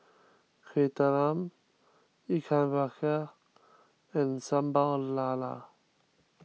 Kueh Talam Ikan Bakar and Sambal Lala